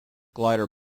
glider